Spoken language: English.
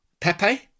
Pepe